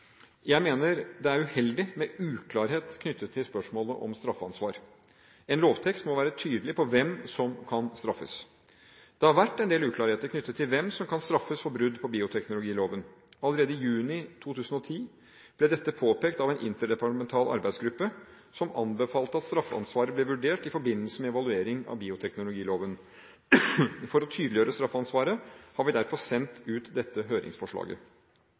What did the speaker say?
Jeg mener det er uheldig med uklarhet knyttet til spørsmålet om straffansvar. En lovtekst må være tydelig på hvem som kan straffes. Det har vært en del uklarheter knyttet til hvem som kan straffes for brudd på bioteknologiloven. Allerede i juni 2010 ble dette påpekt av en interdepartemental arbeidsgruppe som anbefalte at straffansvaret ble vurdert i forbindelse med evalueringen av bioteknologiloven. For å tydeliggjøre straffansvaret har vi derfor sendt ut dette høringsforslaget.